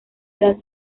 edad